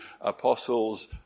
apostles